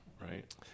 Right